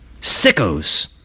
Sickos